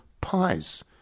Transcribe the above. pies